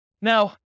Now